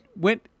went